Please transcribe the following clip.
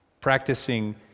practicing